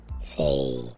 Say